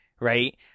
right